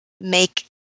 make